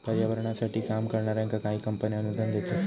पर्यावरणासाठी काम करणाऱ्यांका काही कंपने अनुदान देतत